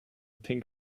pink